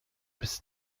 bis